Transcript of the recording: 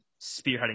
spearheading